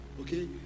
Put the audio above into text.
okay